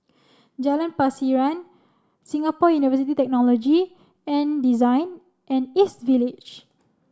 Jalan Pasiran Singapore University Technology and Design and East Village